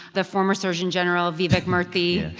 the former surgeon general, vivek murthy